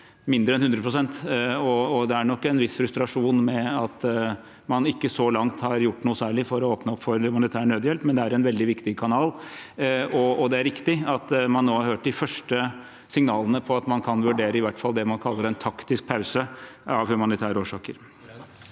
mindre enn 100 pst. Det er nok en viss frustrasjon med tanke på at man så langt ikke har gjort noe særlig for å åpne opp for humanitær nødhjelp. Men det er en veldig viktig kanal, og det er riktig at man nå har hørt de første signalene om at man kan vurdere i hvert fall det man kaller en taktisk pause av humanitære årsaker.